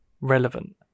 relevant